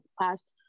past